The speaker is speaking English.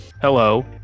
Hello